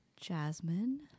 Jasmine